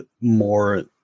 more